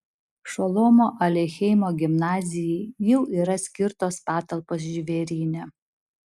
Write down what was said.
šolomo aleichemo gimnazijai jau yra skirtos patalpos žvėryne